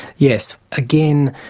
yes. again,